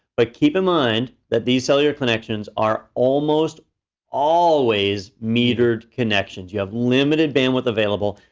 but keep in mind that these cellular connections are almost always metered connections. you have limited bandwidth available.